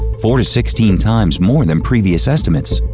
four to sixteen times more than previous estimates.